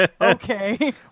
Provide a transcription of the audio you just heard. Okay